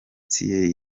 thierry